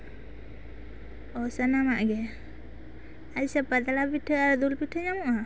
ᱳ ᱥᱟᱱᱟᱢᱟᱜ ᱜᱮ ᱟᱪᱪᱷᱟ ᱯᱟᱛᱲᱟ ᱯᱤᱴᱷᱟᱹ ᱟᱨ ᱫᱩᱞ ᱯᱤᱴᱷᱟᱹ ᱧᱟᱢᱚᱜᱼᱟ